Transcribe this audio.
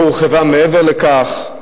לא הורחבה מעבר לכך.